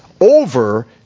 over